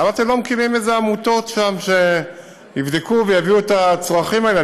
למה אתם לא מקימים עמותות שם שיבדקו ויביאו את הצרכים האלה?